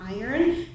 iron